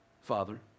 Father